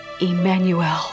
Emmanuel